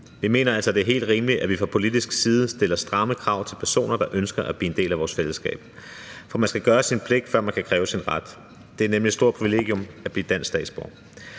Vi mener altså, det er helt rimeligt, at vi fra politisk side stiller stramme krav til personer, der ønsker at blive en del af vores fællesskab, for man skal gøre sin pligt, før man kan kræve sin ret. Det er nemlig et stort privilegium at blive dansk statsborger.